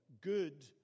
good